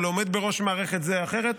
או של עומד בראש מערכת זו או אחרת.